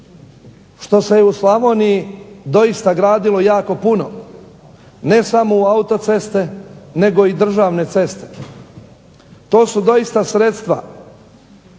što se u Slavoniji doista gradilo jako puno, ne samo u autoceste nego i državne ceste. to su doista sredstva